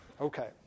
okay